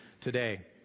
today